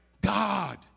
God